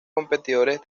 competidores